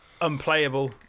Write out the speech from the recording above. unplayable